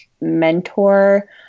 mentor